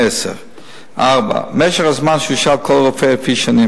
10. 4. משך הזמן שהושעה כל רופא לפי שנים,